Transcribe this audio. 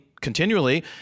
continually